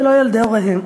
ולא ילדי הוריהם.